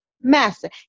Master